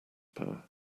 power